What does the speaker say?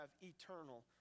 eternal